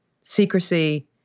secrecy